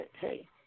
hey